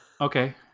Okay